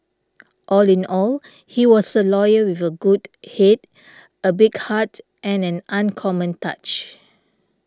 all in all he was a lawyer with a good head a big heart and an uncommon touch